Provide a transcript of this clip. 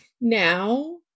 now